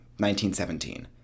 1917